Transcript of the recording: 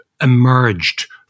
emerged